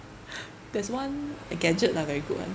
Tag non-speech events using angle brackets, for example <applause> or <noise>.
<breath> there's one uh gadget ah very good [one]